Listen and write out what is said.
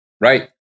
Right